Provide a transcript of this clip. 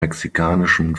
mexikanischen